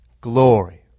glory